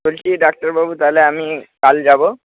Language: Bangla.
বলছি ডাক্তারবাবু তাহলে আমি কাল যাব